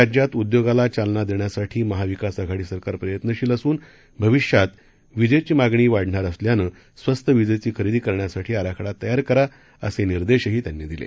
राज्यात उद्योगाला चालना देण्यासाठी महाविकास आघाडी सरकार प्रयत्नशील असून भविष्यात विजेची मागणी वाढणार असल्यानं स्वस्त वीजेची खरेदी करण्यासाठी आराखडा तयार करा असे निर्देशही त्यांनी दिले